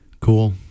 Cool